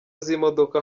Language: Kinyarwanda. z’imodoka